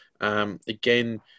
Again